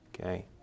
Okay